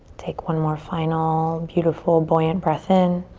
take one more final beautiful, buoyant breath in